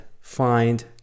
find